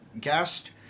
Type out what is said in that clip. guest